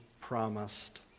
promised